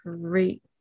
great